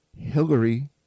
Hillary